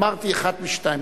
אמרתי: אחת משתיים,